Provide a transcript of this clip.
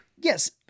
Yes